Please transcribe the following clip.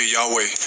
Yahweh